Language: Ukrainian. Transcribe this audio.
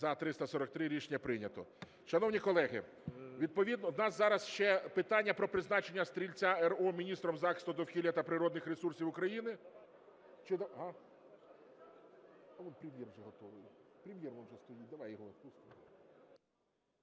За-343 Рішення прийнято. Шановні колеги, у нас зараз ще питання про призначення Стрільця Р.О. міністром захисту довкілля та природних ресурсів України.